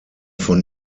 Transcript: von